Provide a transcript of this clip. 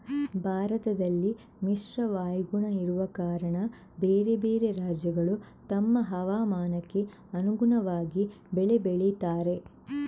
ಭಾರತದಲ್ಲಿ ಮಿಶ್ರ ವಾಯುಗುಣ ಇರುವ ಕಾರಣ ಬೇರೆ ಬೇರೆ ರಾಜ್ಯಗಳು ತಮ್ಮ ಹವಾಮಾನಕ್ಕೆ ಅನುಗುಣವಾಗಿ ಬೆಳೆ ಬೆಳೀತಾರೆ